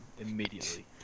immediately